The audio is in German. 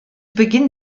beginn